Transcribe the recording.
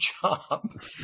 job